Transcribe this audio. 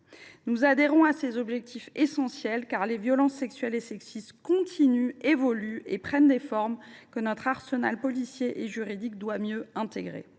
Nous adhérons à ces objectifs essentiels, car les violences sexuelles et sexistes continuent, évoluent et prennent des formes que notre arsenal policier et juridique doit mieux intégrer.